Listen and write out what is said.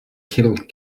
killed